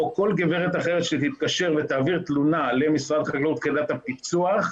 או כל גברת אחרת שתתקשר ותעביר תלונה למשרד החקלאות יחידת הפיצו"ח,